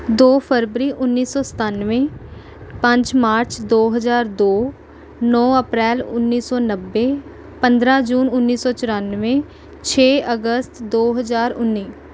ਦੋ ਫਰਵਰੀ ਉੱਨੀ ਸੌ ਸਤਾਨਵੇਂ ਪੰਜ ਮਾਰਚ ਦੋ ਹਜ਼ਾਰ ਦੋ ਨੌ ਅਪ੍ਰੈਲ ਉੱਨੀ ਸੌ ਨੱਬੇ ਪੰਦਰਾਂ ਜੂਨ ਉੱਨੀ ਸੌ ਚੁਰਾਨਵੇਂ ਛੇ ਅਗਸਤ ਦੋ ਹਜ਼ਾਰ ਉੱਨੀ